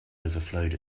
overflowed